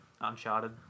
Uncharted